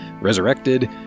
resurrected